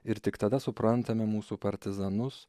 ir tik tada suprantame mūsų partizanus